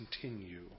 continue